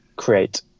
create